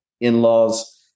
in-laws